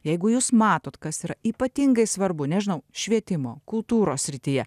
jeigu jūs matot kas yra ypatingai svarbu nežinau švietimo kultūros srityje